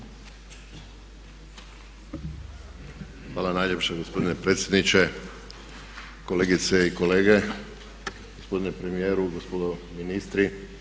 Hvala najljepša gospodine predsjedniče, kolegice i kolege, gospodine premijeru, gospodo ministri.